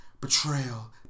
betrayal